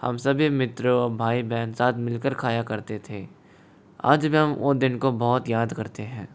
हम सभी मित्रों भाई बहन साथ मिलकर खाया करते थे आज भी हम वो दिन को बहुत याद करते हैं